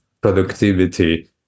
productivity